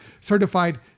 certified